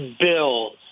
Bills